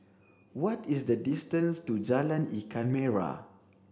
what is the distance to Jalan Ikan Merah